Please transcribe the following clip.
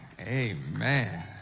Amen